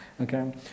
Okay